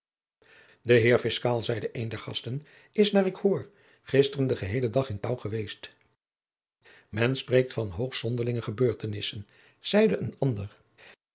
de heer fiscaal zeide een der gasten is naar ik hoor gisteren den geheelen dag in touw geweest men spreekt van hoogst zonderlinge gebeurtenissen zeide een ander